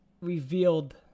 revealed